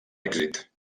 èxit